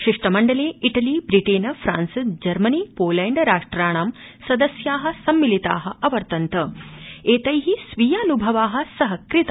शिष्टमण्डले Italy Britain France Germany Poland राष्ट्राणां सदस्या सम्मिलिता अवर्तन्ता एतै स्वीयान्भवा सहकृता